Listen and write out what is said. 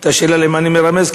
למה אני מרמז,